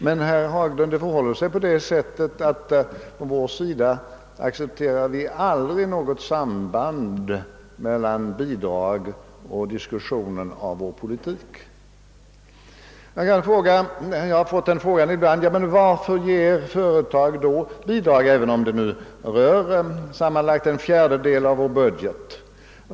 Det förhåller sig emellertid så, herr Haglund, att vi aldrig accepterar något samband mellan Pbidragen och en diskussion om vår politik. Jag har fått den frågan ibland: Varför ger då företagen bidrag, som uppgår sammanlagt till en fjärdedel av vår budget?